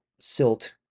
silt